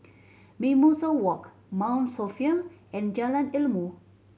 Mimosa Walk Mount Sophia and Jalan Ilmu